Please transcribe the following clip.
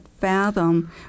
fathom